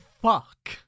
Fuck